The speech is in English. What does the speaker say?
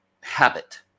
habit